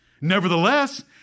Nevertheless